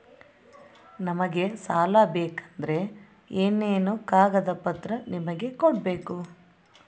ನಮಗೆ ಸಾಲ ಬೇಕಂದ್ರೆ ಏನೇನು ಕಾಗದ ಪತ್ರ ನಿಮಗೆ ಕೊಡ್ಬೇಕು?